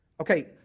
Okay